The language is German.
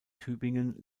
tübingen